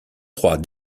trois